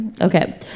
okay